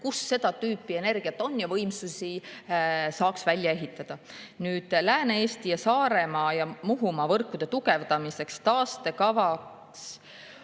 kus seda tüüpi energiat on ja võimsusi saaks välja ehitada. Lääne-Eesti ning Saaremaa ja Muhumaa võrkude tugevdamiseks on taastekavas